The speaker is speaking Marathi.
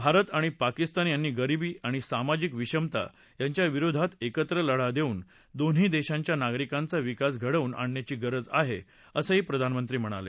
भारत आणि पाकिस्तान यांनी गरीबी आणि सामाजिक विषमता यांच्या विरोधात एकत्र लढा देऊन दोन्ही देशांच्या नागरिकांचा विकास घडवून आणण्याची गरज आहे असं प्रधानमंत्री म्हणाले